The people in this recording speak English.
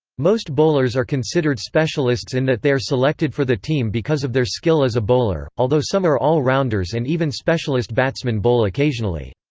most bowlers are considered specialists in that they are selected for the team because of their skill as a bowler, although some are all-rounders and even specialist batsmen bowl occasionally.